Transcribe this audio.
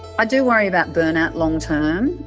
i do worry about burnout long-term.